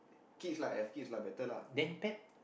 kids lah have kids lah better lah